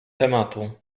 tematu